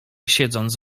siedząc